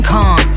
Kong